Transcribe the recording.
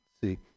see